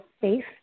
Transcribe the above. safe